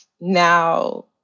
now